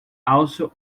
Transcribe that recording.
also